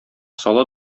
сала